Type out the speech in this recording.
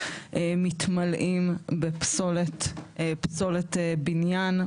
מתמלאים בפסולת בניין,